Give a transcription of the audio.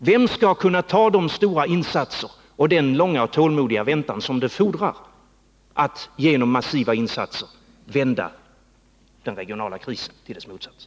Vem skall kunna göra de stora insatser och vem uthärdar den långa och tålmodiga väntan som fordras för att genom massiva insatser vända den regionala krisen till dess motsats?